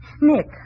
Nick